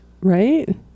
Right